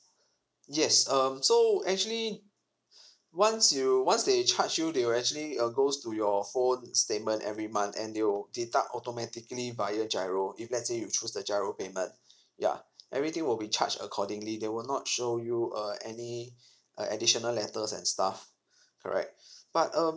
yes um so actually once you once they charge you they will actually uh goes to your phone statement every month and they'll deduct automatically via GIRO if let's say you choose the GIRO payment ya everything will be charged accordingly they will not show you uh any uh additional letters and stuff correct but um